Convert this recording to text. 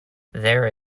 there